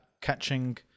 catching